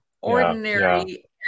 ordinary